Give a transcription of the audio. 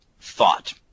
thought